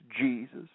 Jesus